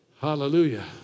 Hallelujah